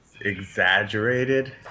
exaggerated